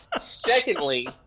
Secondly